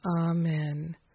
amen